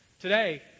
Today